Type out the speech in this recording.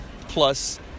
plus